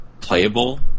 playable